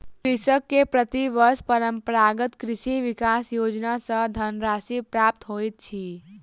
कृषक के प्रति वर्ष परंपरागत कृषि विकास योजना सॅ धनराशि प्राप्त होइत अछि